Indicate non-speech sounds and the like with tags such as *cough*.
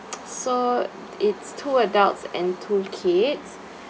*noise* so it's two adults and two kids